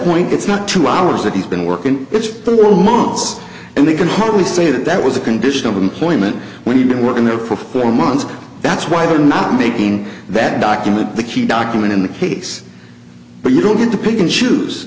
point it's not two hours that he's been working it's through months and they can hardly say that that was a condition of employment when you've been working there for four months that's why they're not making that document the key document in the case but you don't get to pick and choose